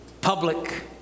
public